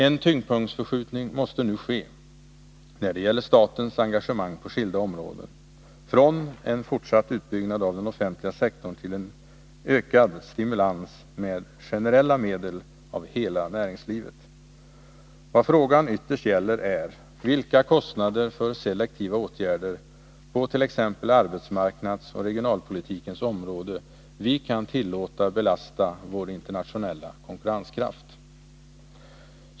En tyngdpunktsförskjutning måste nu ske när det gäller statens engagemang på skilda områden, från en fortsatt utbyggnad av den offentliga sektorn till en ökad stimulans med generella medel av hela näringslivet. Vad frågan ytterst gäller är vilka kostnader för selektiva åtgärder på t.ex. arbetsmarknadsoch regionalpolitikens område vi kan tillåta belasta vår internationella konkurrenskraft.